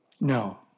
No